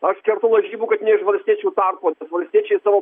aš kertu lažybų kad ne iš valstiečių tarpo valstiečiai savo